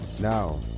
Now